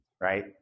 right